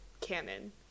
canon